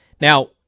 Now